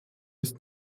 ist